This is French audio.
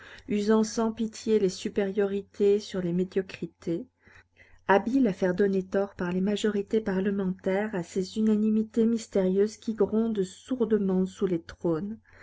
usant sans pitié les supériorités sur les médiocrités habile à faire donner tort par les majorités parlementaires à ces unanimités mystérieuses qui grondent sourdement sous les trônes